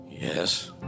Yes